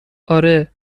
آره